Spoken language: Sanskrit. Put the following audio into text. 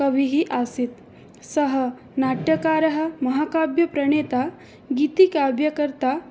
कविः आसीत् सः नाट्यकारः महाकाव्यप्रणेता गीतिकाव्यकर्ता